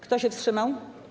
Kto się wstrzymał?